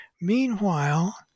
Meanwhile